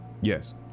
Yes